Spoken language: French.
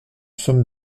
somme